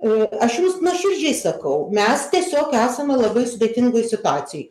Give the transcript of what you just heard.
o aš jums nuoširdžiai sakau mes tiesiog esame labai sudėtingoj situacijoj